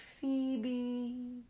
Phoebe